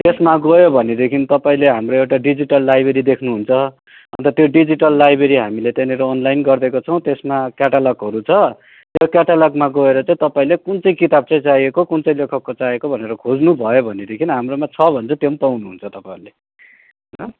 त्यसमा गयो भनेदेखि तपाईँले हाम्रो एउटा डिजिटल लाइब्रेरी देख्नुहुन्छ अन्त त्यो डिजिटल लाइब्रेरी हामीले त्यहाँनिर अनलाइन गरिदिएको छौँ त्यसमा क्याटालकहरू छ त्यो क्याटालकमा गएर चाहिँ तपाईँले कुन चाहिँ किताब चाहिँ चाहिएको कुन चाहिँ लेखकको चाहिएको भनेर खोज्नुभयो भनेदेखि हाम्रोमा छ भने चाहिँ त्यो पनि पाउनुहुन्छ तपाईँहरूले ल